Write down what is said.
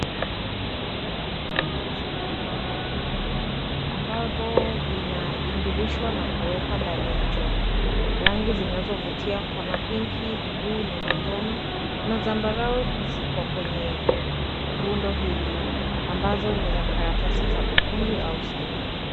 Hii ni runo la karatasi za rangi mbalimbali, ambazo zina ingirishwa na kuwekwa ndani ya chombo. Rangi zinazo vutia kama pinki, buluu na manjano, na zambarao ziko kwenye rundo hili, ambazo ni za karatasi za ufundi au sanaa.